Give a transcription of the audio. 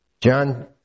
John